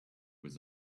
with